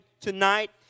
tonight